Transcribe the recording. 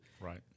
Right